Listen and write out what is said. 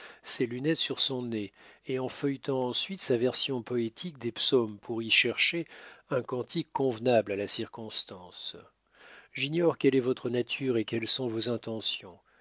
ses lunettes sur son nez et en feuilletant ensuite sa version poétique des psaumes pour y chercher un cantique convenable a la circonstance j'ignore quelle est votre nature et quelles sont vos intentions